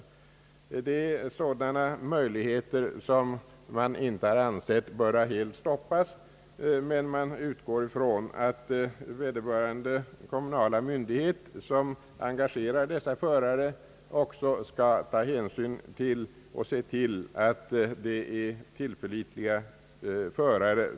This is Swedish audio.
Det är sådana möjligheter som utskottet inte har ansett böra helt stoppas, men utskottet utgår ifrån att vederbörande kommunala myndighet som engagerar dessa förare också skall se till att denna uppgift anförtros åt tillförlitliga förare.